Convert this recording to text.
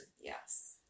Yes